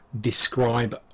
describe